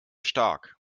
stark